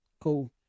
Cool